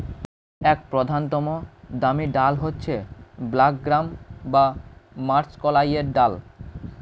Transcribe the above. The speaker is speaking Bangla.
এক প্রধানতম দামি ডাল হচ্ছে ব্ল্যাক গ্রাম বা মাষকলাইয়ের ডাল